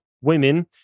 women